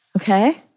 okay